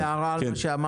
אביר, הערה על מה שאמרת.